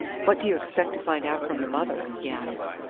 what do you expect to find out from the mother? he asked.